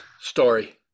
story